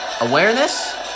Awareness